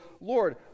Lord